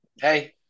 Hey